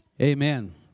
Amen